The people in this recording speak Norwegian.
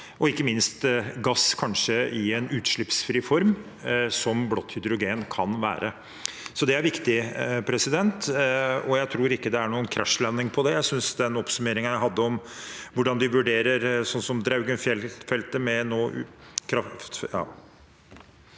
og ikke minst gass i en kanskje utslippsfri form, som blått hydrogen kan være. Så det er viktig, og jeg tror ikke det er noen krasjlanding på det. Jeg synes den oppsummeringen jeg hadde om hvordan de vurderer sånt som Draugen-feltet med …